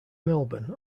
melbourne